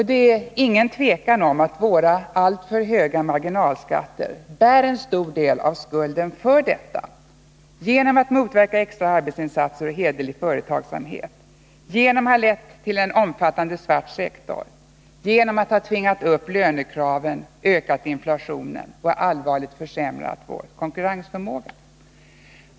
Det är ingen tvekan om att våra alltför höga marginalskatter bär en stor del av skulden för detta, genom att motverka extra arbetsinsatser och hederlig företagsamhet, genom att ha lett till en omfattande svart sektor och genom att ha tvingat upp lönekraven, ökat inflationen och allvarligt försämrat vår konkurrensförmåga.